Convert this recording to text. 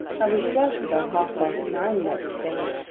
i was dressing about half-past nine next day,